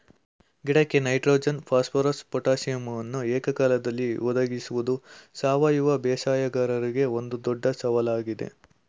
ಗಿಡಕ್ಕೆ nitrogen phosphorus ಪೊಟಾಸಿಯಮನ್ನು ಏಕಕಾಲದಲ್ಲಿ ಒದಗಿಸುವುದು ಸಾವಯವ ಬೇಸಾಯಗಾರರಿಗೆ ಒಂದು ದೊಡ್ಡ ಸವಾಲಾಗಿದೆ